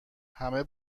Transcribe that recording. همه